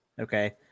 Okay